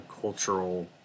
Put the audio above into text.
cultural